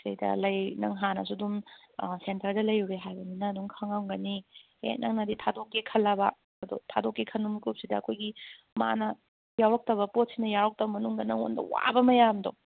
ꯁꯤꯗꯩꯗ ꯂꯥꯏꯛ ꯅꯪ ꯍꯥꯟꯅꯁꯨ ꯑꯗꯨꯝ ꯁꯦꯟꯇꯔꯗ ꯂꯩꯔꯨꯔꯦ ꯍꯥꯏꯕꯅꯤꯅ ꯑꯗꯨꯝ ꯈꯪꯂꯝꯒꯅꯤ ꯍꯦꯛ ꯅꯪꯅꯗꯤ ꯊꯥꯗꯣꯛꯀꯦ ꯈꯜꯂꯕ ꯑꯗꯣ ꯊꯥꯗꯣꯛꯀꯦ ꯈꯟꯕ ꯃꯤꯀꯨꯞꯁꯤꯗ ꯑꯩꯈꯣꯏꯒꯤ ꯃꯥꯅ ꯌꯥꯎꯔꯛꯇꯕ ꯄꯣꯠꯁꯤꯅ ꯌꯥꯎꯔꯛꯇꯕ ꯃꯅꯨꯡꯗ ꯅꯪꯉꯣꯟꯗ ꯋꯥꯕ ꯃꯌꯥꯝꯗꯣ